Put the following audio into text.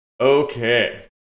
Okay